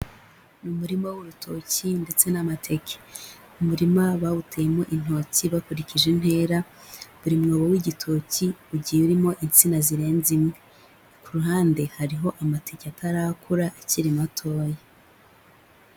Ni umurima w'urutoki ndetse n'amateke, uyu murima bawuteyemo intoki bakurikije intera buri mwobo w'igitoki ugiye urimo insina zirenze imwe ku ruhande hariho amateke atarakura akiri matoya.